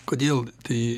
kodėl tai